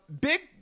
Big